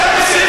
בושה